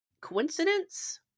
Coincidence